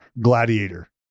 Gladiator